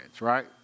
right